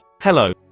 hello